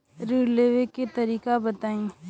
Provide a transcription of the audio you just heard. ऋण लेवे के तरीका बताई?